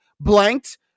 blanked